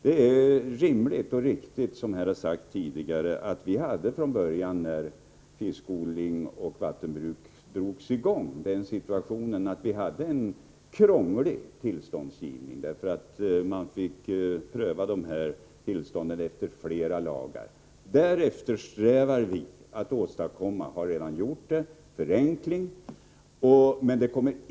Det är riktigt — som sagts här tidigare — att vi från början, när verksamheten med fiskodling och vattenbruk drogs i gång, hade ett krångligt tillståndsförfarande. Vid tillståndsprövningen fick man tillämpa flera lagar. I det avseendet eftersträvar vi att åstadkomma en förenkling, och vi har redan åstadkommit en del på det området.